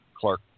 Clark